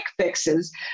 fixes